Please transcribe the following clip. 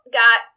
got